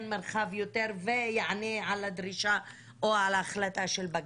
מרחב יותר ויענה על הדרישה או על ההחלטה של בג"ץ,